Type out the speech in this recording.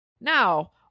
Now